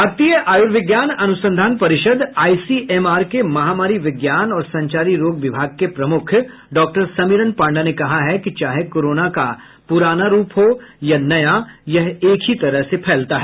भारतीय आयुर्विज्ञान अनुसंधान परिषद आईसीएमआर के महामारी विज्ञान और संचारी रोग विभाग के प्रमुख डॉक्टर समीरन पांडा ने कहा कि चाहे कोरोना का पुराना रूप हो या नया यह एक ही तरह से फैलता है